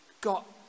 got